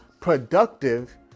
productive